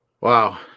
Wow